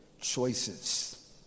choices